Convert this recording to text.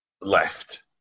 left